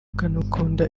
akanakunda